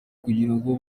kugirango